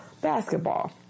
basketball